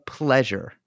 pleasure